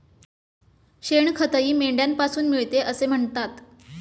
शेणखतही मेंढ्यांपासून मिळते असे म्हणतात